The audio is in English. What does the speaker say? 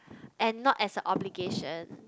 and not as a obligation